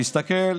תסתכל,